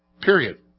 Period